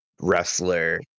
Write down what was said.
wrestler